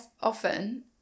often